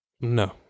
No